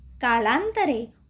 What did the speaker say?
Kalantare